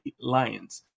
Lions